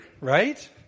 Right